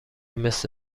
مثل